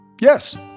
Yes